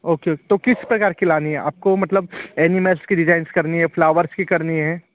okay तो किस प्रकार की लानी है आपको मतलब एनिमेस की डिजाइन्ज़ करनी है फ्लावर्स की करनी है